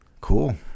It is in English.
Cool